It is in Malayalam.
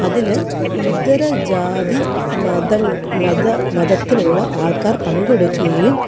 അതിൽ ഇതര ജാതി മതം മത മതത്തിലുള്ള ആൾക്കാർ പങ്കെടുക്കുകയും